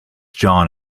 john